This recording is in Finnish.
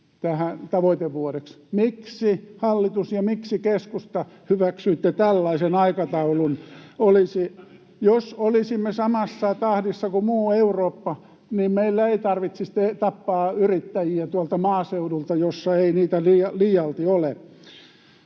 tähän tavoitevuodeksi. Miksi, hallitus, ja miksi, keskusta, hyväksyitte tällaisen aikataulun? [Mikko Savolan välihuuto] Jos olisimme samassa tahdissa kuin muu Eurooppa, niin meillä ei tarvitsisi tappaa yrittäjiä tuolta maaseudulta, jossa ei niitä liialti ole.